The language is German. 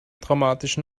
traumatischen